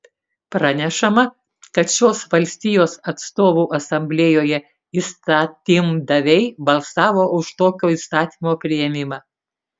pranešama kad šios valstijos atstovų asamblėjoje įstatymdaviai balsavo už tokio įstatymo priėmimą